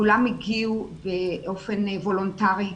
כולם הגיעו באופן וולונטרי.